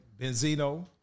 Benzino